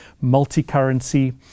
multi-currency